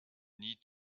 need